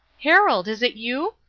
harold, is it you?